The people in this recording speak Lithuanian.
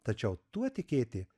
tačiau tuo tikėti